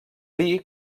dir